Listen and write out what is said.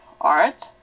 art